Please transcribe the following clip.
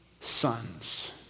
sons